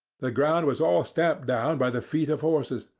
the ground was all stamped down by the feet of horses,